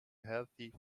healthy